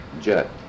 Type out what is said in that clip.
jet